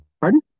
Pardon